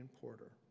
Porter